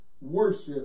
worship